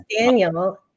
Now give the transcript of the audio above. Daniel